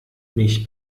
mich